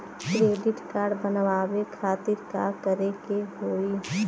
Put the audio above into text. Credit card बनवावे खातिर का करे के होई?